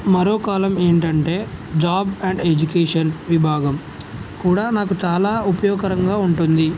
మరో కాలమ్ ఏమిటి అంటే జాబ్ అండ్ ఎడ్యుకేషన్ విభాగం కూడా నాకు చాలా ఉపయోగకరంగా ఉంటుంది